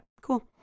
cool